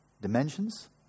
dimensions